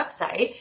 website